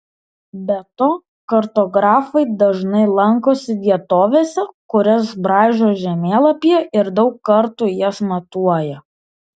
be to kartografai dažnai lankosi vietovėse kurias braižo žemėlapyje ir daug kartų jas matuoja